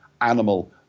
animal